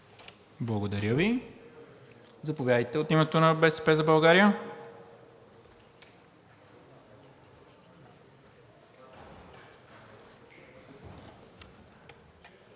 Благодаря Ви. Заповядайте от името на „БСП за България“.